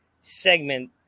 segment